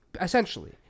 Essentially